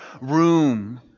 room